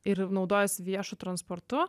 ir naudojuosi viešu transportu